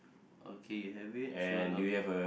okay you have it so no